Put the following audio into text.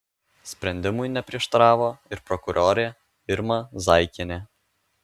sprendimui neprieštaravo ir prokurorė irma zaikienė